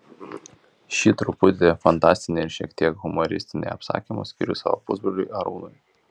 šį truputį fantastinį ir šiek tiek humoristinį apsakymą skiriu savo pusbroliui arūnui